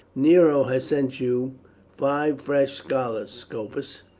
nero has sent you five fresh scholars, scopus.